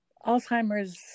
Alzheimer's